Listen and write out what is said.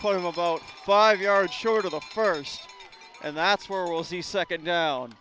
of about five yards short of the first and that's where we'll see second down